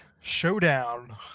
showdown